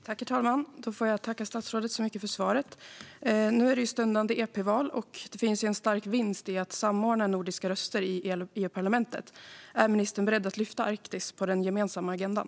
Herr talman! Då får jag tacka statsrådet så mycket för svaret. Nu är det ju ett stundande EP-val, och det finns en stark vinst i att samordna nordiska röster i Europaparlamentet. Är ministern beredd att lyfta upp Arktis på den gemensamma agendan?